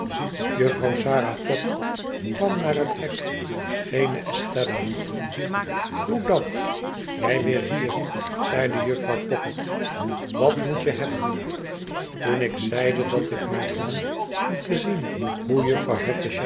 jufvrouw sarah pocket kwam naar het hek geene estella hoe dat jij weer hier zeide jufvrouw pocket wat mo'et je hebben toen ik zeide dat ik maar kwam om te zien hoe jufvrouw